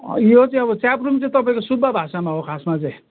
यो चाहिँ च्याब्रुङ चाहिँ तपाईँको सुब्बा भाषामा हो खासमा चाहिँ